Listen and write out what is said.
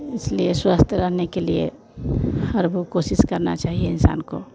इसलिए स्वस्थ रहने के लिए हर वह कोशिश करनी चाहिए इंसान को